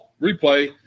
replay